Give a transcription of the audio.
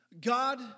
God